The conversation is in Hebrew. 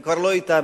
הם כבר לא אתנו.